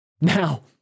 Now